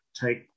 take